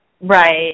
Right